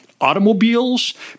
automobiles